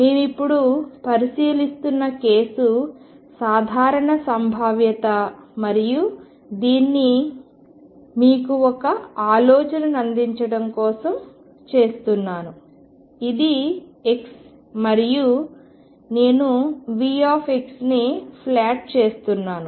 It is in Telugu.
మేము ఇప్పుడు పరిశీలిస్తున్న కేసు సాధారణ సంభావ్యత మరియు దీన్ని మీకు ఒక ఆలోచనను అందించడం కోసం చేస్తున్నాను ఇది x మరియు నేను Vని ప్లాట్ చేస్తున్నాను